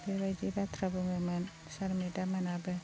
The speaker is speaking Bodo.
बेबायदि बाथ्राफोर बुङोमोन सार मेडाममोनाबो